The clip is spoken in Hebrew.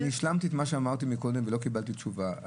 אני השלמתי את מה שאמרתי קודם ולא קיבלתי תשובה.